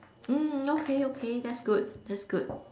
mm okay okay that's good that's good